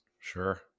Sure